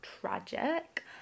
tragic